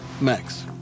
Max